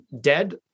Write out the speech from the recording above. dead